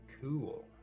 Cool